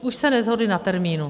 Už se neshodli na termínu.